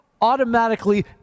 automatically